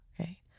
Okay